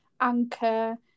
anchor